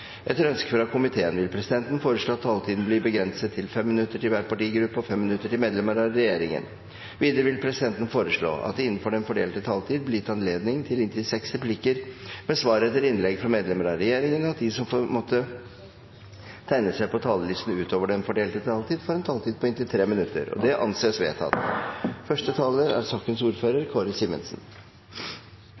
Etter ønske fra næringskomiteen vil presidenten foreslå at taletiden blir begrenset til 5 minutter til hver partigruppe og 5 minutter til medlemmer av regjeringen. Videre vil presidenten foreslå at det – innenfor den fordelte taletid – blir gitt anledning til inntil seks replikker med svar etter innlegg fra medlemmer av regjeringen, og at de som måtte tegne seg på talerlisten utover den fordelte taletid, får en taletid på inntil 3 minutter. – Det anses vedtatt.